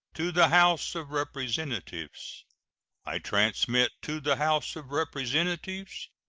to the house of representatives i transmit to the house of representatives,